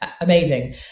amazing